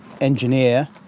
engineer